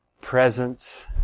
presence